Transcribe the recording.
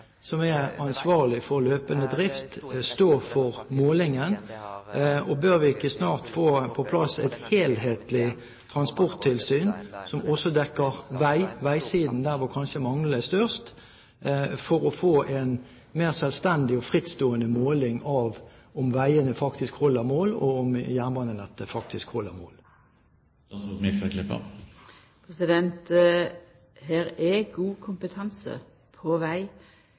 som er ansvarlig for løpende drift, stå for målingen? Bør vi ikke snart få på plass et helhetlig transporttilsyn som også dekker veisiden, der kanskje manglene er størst, for å få en mer selvstendig, frittstående måling av om veiene faktisk holder mål og om jernbanenettet faktisk holder mål? Det er god kompetanse på